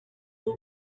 uwo